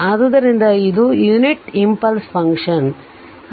ಆದ್ದರಿಂದ ಇದು unit impulse function unit impulse function